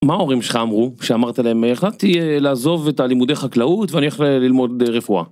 מה ההורים שלך אמרו כשאמרת להם החלטתי לעזוב את הלימודי חקלאות ואני הולך ללמוד רפואה?